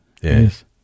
Yes